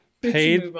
Paid